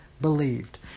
believed